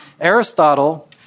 Aristotle